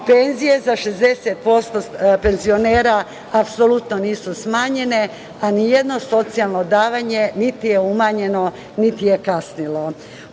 penzije za 60% penzionera apsolutno nisu smanjene, a nijedno socijalno davanje niti je umanjeno, niti je kasnilo. Ono